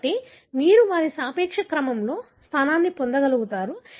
కాబట్టి మీరు వారి సాపేక్ష క్రమంలో స్థానం పొందగలుగుతారు